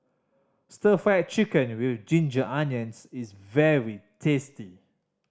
Stir Fried Chicken With Ginger Onions is very tasty